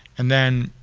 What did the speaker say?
and then